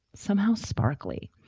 somehow sparkly.